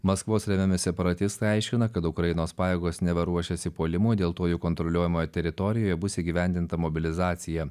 maskvos remiami separatistai aiškina kad ukrainos pajėgos neva ruošiasi puolimui dėl to jų kontroliuojamoje teritorijoje bus įgyvendinta mobilizacija